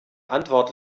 antwort